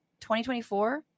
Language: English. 2024